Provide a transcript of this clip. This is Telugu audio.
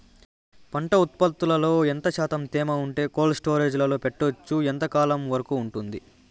పంట ఉత్పత్తులలో ఎంత శాతం తేమ ఉంటే కోల్డ్ స్టోరేజ్ లో పెట్టొచ్చు? ఎంతకాలం వరకు ఉంటుంది